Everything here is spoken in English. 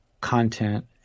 content